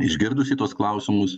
išgirdusi tuos klausimus